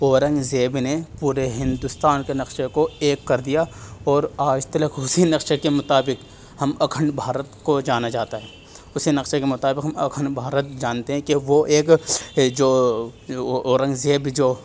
اورنگزیب نے پورے ہندوستان کے نقشے کو ایک کر دیا اور آج تلک اسی نقشے کے مطابق ہم اکھنڈ بھارت کو جانا جاتا ہے اسی نقشے کے مطابق ہم اکھنڈ بھارت جانتے ہیں کہ وہ ایک جو اورنگزیب جو